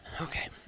Okay